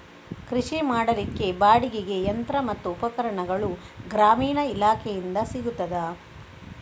ಕೃಷಿ ಮಾಡಲಿಕ್ಕೆ ಬಾಡಿಗೆಗೆ ಯಂತ್ರ ಮತ್ತು ಉಪಕರಣಗಳು ಗ್ರಾಮೀಣ ಇಲಾಖೆಯಿಂದ ಸಿಗುತ್ತದಾ?